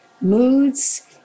moods